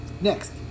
next